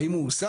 האם הוא הוסר?